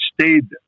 stayed